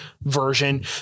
version